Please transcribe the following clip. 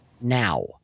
now